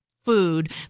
food